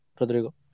Rodrigo